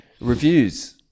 Reviews